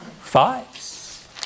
fives